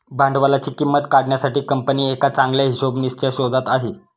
भांडवलाची किंमत काढण्यासाठी कंपनी एका चांगल्या हिशोबनीसच्या शोधात आहे